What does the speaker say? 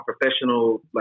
professional